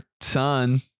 son